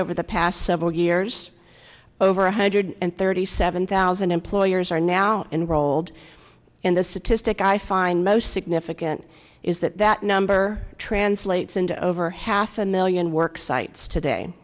over the past several years over one hundred thirty seven thousand employers are now enrolled in the statistic i find most significant is that that number translates into over half a million work sites today